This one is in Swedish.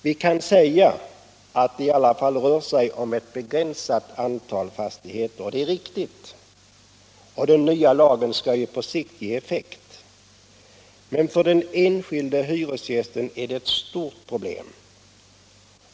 Man kan säga att det i alla fall rör sig om ett begränsat antal fastigheter och att det är riktigt att den nya lagen på sikt skall ge effekt. Men för enskilda hyresgäster är det ett stort problem.